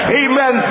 amen